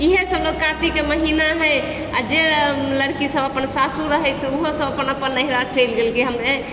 इहह सभ लोक कातिकके महीना हइ आओर जे लड़की सब अपन सासुर रहय छै उहो सब अपन अपन नहिरा चलि गेल कि हमे